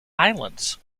islands